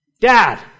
Dad